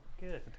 Good